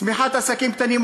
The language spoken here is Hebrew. צמיחת עסקים קטנים,